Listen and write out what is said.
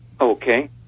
Okay